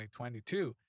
2022